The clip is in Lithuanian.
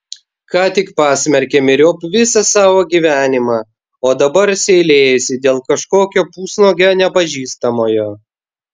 ką tik pasmerkė myriop visą savo gyvenimą o dabar seilėjasi dėl kažkokio pusnuogio nepažįstamojo